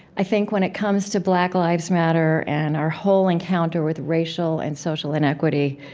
i think, when it comes to black lives matter and our whole encounter with racial and social inequity,